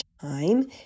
time